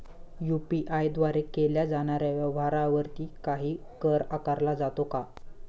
UPI द्वारे केल्या जाणाऱ्या व्यवहारावरती काही कर आकारला जातो का?